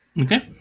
Okay